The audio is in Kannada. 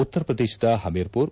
ಉತ್ತರ ಪ್ರದೇಶದ ಪಮೀರ್ ಪುರ್